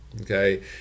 okay